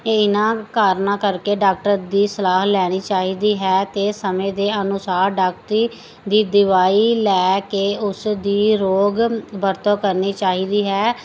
ਇਹਨਾਂ ਕਾਰਨਾਂ ਕਰਕੇ ਡਾਕਟਰ ਦੀ ਸਲਾਹ ਲੈਣੀ ਚਾਹੀਦੀ ਹੈ ਅਤੇ ਸਮੇਂ ਦੇ ਅਨੁਸਾਰ ਡਾਕਟਰੀ ਦੀ ਦਵਾਈ ਲੈ ਕੇ ਉਸ ਦੀ ਯੋਗ ਵਰਤੋਂ ਕਰਨੀ ਚਾਹੀਦੀ ਹੈ